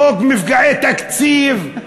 חוק מפגעי תקציב.